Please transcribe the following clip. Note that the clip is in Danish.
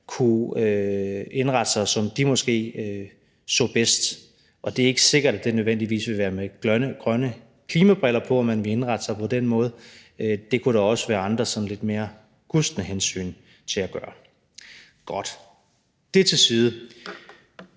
kunne indrette sig, som de måske så bedst. Og det er ikke sikkert, at det nødvendigvis ville være med grønne klimabriller på, at man ville indrette sig på den måde. Det kunne også være af andre sådan lidt mere gustne hensyn. Det er meget